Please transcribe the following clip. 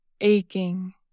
aching